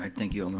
thank you,